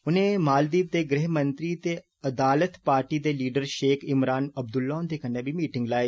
उनें मालदीप दे गृहमंत्री ते अदालथ पार्टी दे लीडर षेख इमराम अब्दुल्ला हुन्दे कन्नै बी मीटिंग लाई